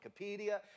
Wikipedia